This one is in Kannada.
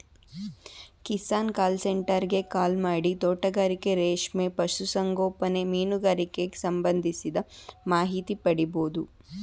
ಕಿಸಾನ್ ಕಾಲ್ ಸೆಂಟರ್ ಗೆ ಕರೆಮಾಡಿ ತೋಟಗಾರಿಕೆ ರೇಷ್ಮೆ ಪಶು ಸಂಗೋಪನೆ ಮೀನುಗಾರಿಕೆಗ್ ಸಂಬಂಧಿಸಿದ ಮಾಹಿತಿ ಪಡಿಬೋದು